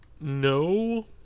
no